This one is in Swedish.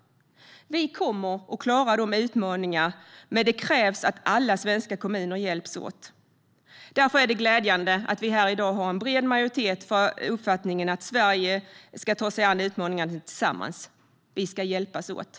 Vi kommer att klara utmaningarna, men det krävs att alla svenska kommuner hjälps åt. Därför är det glädjande att vi här i dag har en bred majoritet för uppfattningen att Sverige ska ta sig an utmaningarna tillsammans. Vi ska hjälpas åt.